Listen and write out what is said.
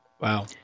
Wow